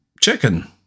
chicken